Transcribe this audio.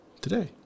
today